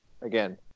again